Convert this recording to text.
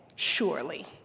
Surely